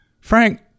Frank